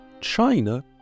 China